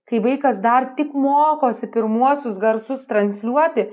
kai vaikas dar tik mokosi pirmuosius garsus transliuoti